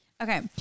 Okay